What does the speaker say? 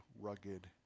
rugged